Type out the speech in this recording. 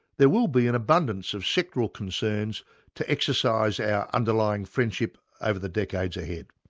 there will be an abundance of sectoral concerns to exercise our underlying friendship over the decades ahead.